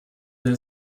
der